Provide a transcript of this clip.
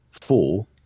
four